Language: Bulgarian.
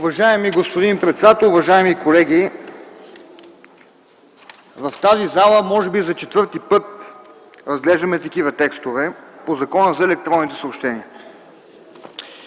Уважаеми господин председател, уважаеми колеги! В тази зала може би за четвърти път разглеждаме такива текстове по Закона за електронните съобщения.